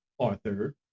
Arthur